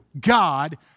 God